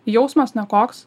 jausmas nekoks